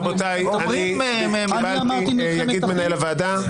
רבותי, יגיד מנהל הוועדה.